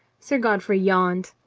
sir godfrey yawned.